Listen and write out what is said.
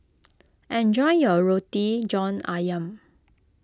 enjoy your Roti John Ayam